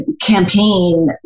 campaign